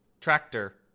Tractor